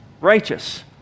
righteous